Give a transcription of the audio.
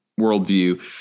worldview